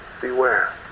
beware